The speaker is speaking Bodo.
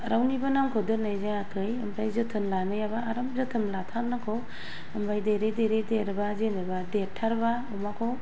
रावनिबो नामखौ दोननाय जायाखै ओमफ्राय जोथोन लानायाब्ला आराम जोथोन लाथारनांगौ ओमफ्राय देरै देरै देरब्ला जेनेबा देरथारब्ला अमाखौ